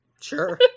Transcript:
Sure